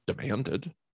demanded